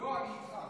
לא, אני איתך.